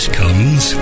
comes